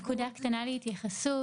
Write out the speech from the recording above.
נקודה קטנה להתייחסות.